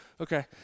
Okay